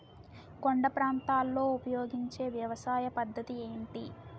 కొండ ప్రాంతాల్లో ఉపయోగించే వ్యవసాయ పద్ధతి ఏంటి?